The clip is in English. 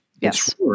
Yes